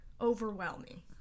overwhelming